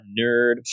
nerd